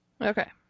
Okay